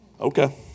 Okay